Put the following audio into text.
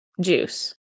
juice